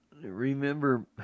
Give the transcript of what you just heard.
Remember